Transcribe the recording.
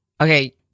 okay